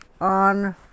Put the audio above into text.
on